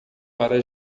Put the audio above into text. para